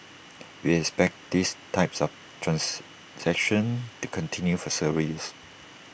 we expect these types of transactions to continue for several years